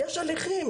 יש הליכים.